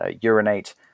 urinate